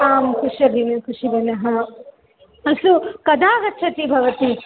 आं कुश्यबिने कुषिबनः अस्तु कदा गच्छति भवती